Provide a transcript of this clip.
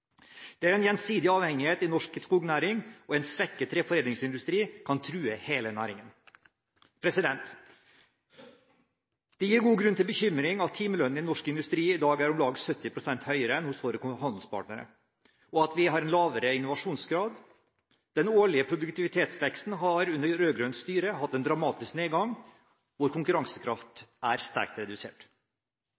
Det er en gjensidig avhengighet i norsk skognæring, og en svekket treforedlingsindustri kan true hele næringen. Det gir god grunn bekymring at timelønnen i norsk industri i dag er om lag 70 pst. høyere enn hos våre handelspartnere, og at vi har en lavere innovasjonsgrad. Den årlige produktivitetsveksten har under rød-grønt styre hatt en dramatisk nedgang. Vår konkurransekraft